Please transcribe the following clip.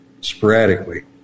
sporadically